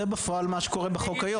זה בפועל מה שקורה היום